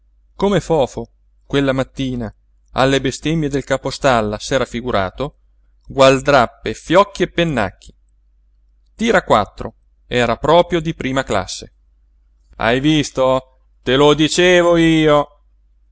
facciano come fofo quella mattina alle bestemmie del capostalla s'era figurato gualdrappe fiocchi e pennacchi tir'a quattro era proprio di prima classe hai visto te lo dicevo io